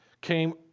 came